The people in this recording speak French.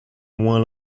moins